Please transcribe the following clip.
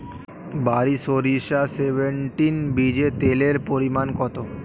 বারি সরিষা সেভেনটিন বীজে তেলের পরিমাণ কত?